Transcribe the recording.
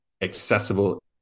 accessible